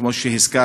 כמו שהזכרת,